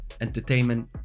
entertainment